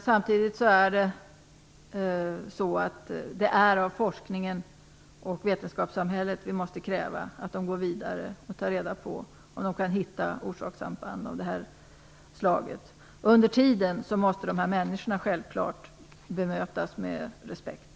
Samtidigt måste vi kräva av forskningen och vetenskapssamhället att man går vidare och tar reda på om man kan hitta orsakssamband av det här slaget. Under tiden måste människorna självklart bemötas med respekt.